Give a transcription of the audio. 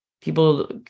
people